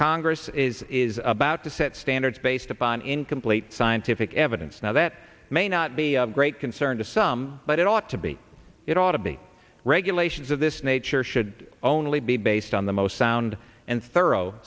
congress is is about to set standards based upon incomplete scientific evidence now that may not be of great concern to some but it ought to be it ought to be regulations of this nature should only be based on the most sound and thorough